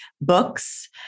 books